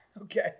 okay